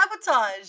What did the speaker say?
sabotage